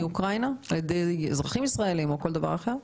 אוקראינה שהגיעו על ידי אזרחים ישראלים או כל דבר אחר.